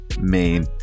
main